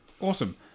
Awesome